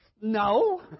no